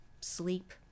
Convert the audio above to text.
sleep